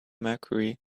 mercury